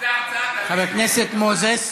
חבר הכנסת מוזס,